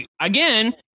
again